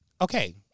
Okay